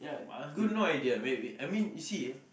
I got no idea wait wait I mean you see ah